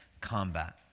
combat